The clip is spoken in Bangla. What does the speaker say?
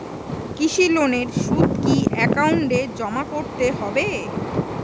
কৃষি লোনের সুদ কি একাউন্টে জমা করতে হবে?